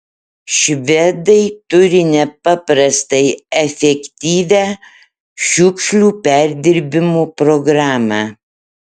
švedai turi nepaprastai efektyvią šiukšlių perdirbimo programą